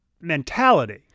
mentality